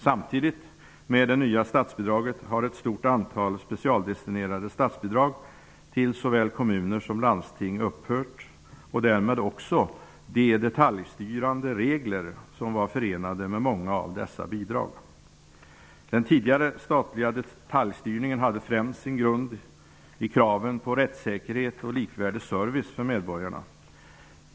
Samtidigt med det nya statsbidraget har ett stort antal specialdestinerade statsbidrag till såväl kommuner som landsting upphört och därmed också de detaljstyrande regler som var förenade med många av dessa bidrag. Den tidigare statliga detaljstyrningen hade främst sin grund i kraven på rättssäkerhet och likvärdig service för medborgarna.